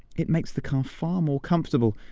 it makes the car far more comfortable.